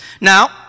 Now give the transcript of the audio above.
Now